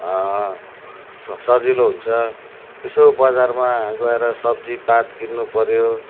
स सजिलो हुन्छ यसो बजारमा गएर सब्जीपात किन्नुपऱ्यो